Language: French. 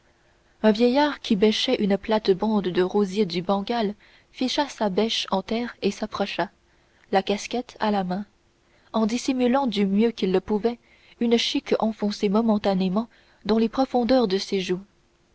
un vieillard qui bêchait une plate-bande de rosiers du bengale ficha sa bêche en terre et s'approcha la casquette à la main en dissimulant du mieux qu'il le pouvait une chique enfoncée momentanément dans les profondeurs de